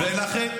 מי אשם?